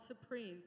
supreme